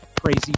crazy